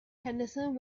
henderson